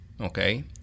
okay